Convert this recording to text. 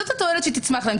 זו התועלת שתצמח להם.